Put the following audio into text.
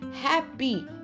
happy